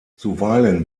zuweilen